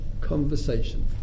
conversation